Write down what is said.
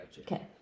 Okay